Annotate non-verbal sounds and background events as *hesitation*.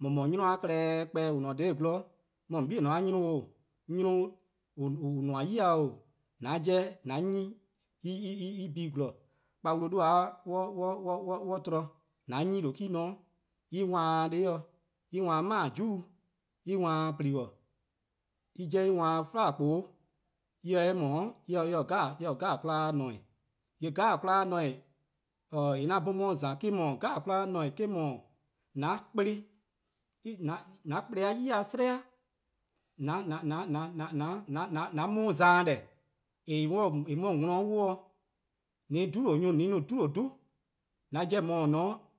nynor-a klehkpeh :on :ne-a dha :gwlor, :on 'bei'-a: 'nynor 'o-:, 'ny nor :on nmor-a 'yi-dih, :an 'jeh :an nyne *hesitation* en bi :gwlor, kpa wlu 'dhuba-' :mor 'on tba or an 'nyne :due me-: :ne 'de, en wan-dih deh+-' dih, en 'wan-dih maju, en wan-dih plobo:, en 'jeh en wan-dih 'flaa: :hpuhbuh', eh :se en :mor *hesitation* :eh :se 'kmo 'jeh-' :ne-eh, :yee' 'kmo 'jeh-a :ne-eh, *hesitation* 'an 'bhorn :on 'ye-a :za eh-: 'dhu, 'kmo 'jeh-a :ne-eh eh-: 'dhu :an kplen *hesitation* :an kplen-a 'yi 'sleh-eh:, *hesitation* *hesitation* :an mo- :za :deh *hesitation* :eh mu-a 'de :on 'worn 'wluh, *hesitation* an bno 'dhu lo 'dhu, :an 'jeh :on :ne-a 'o, na-dih :an